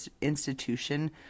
Institution